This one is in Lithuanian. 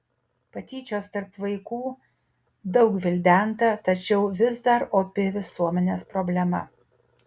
patyčios tarp vaikų daug gvildenta tačiau vis dar opi visuomenės problema